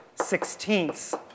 sixteenths